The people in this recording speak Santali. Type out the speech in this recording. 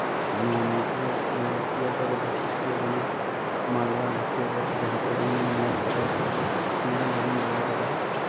ᱱᱚᱣᱟ ᱱᱚᱣᱟ ᱠᱚ ᱯᱮᱭᱟ ᱡᱟᱭᱜᱟ ᱵᱳᱭᱥᱤᱥᱴᱚᱣ ᱠᱟᱱᱟ ᱢᱟᱞᱫᱟ ᱵᱷᱤᱛᱤᱨ ᱨᱮ ᱡᱟᱦᱟᱸ ᱫᱚ ᱤᱧᱤᱧ ᱧᱮᱞ ᱠᱟᱫᱟ ᱥᱮ ᱱᱤᱭᱟᱹ ᱫᱷᱟᱢ ᱫᱚᱢᱮᱧ ᱵᱟᱲᱟᱭ ᱠᱟᱫᱟ